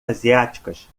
asiáticas